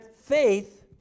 faith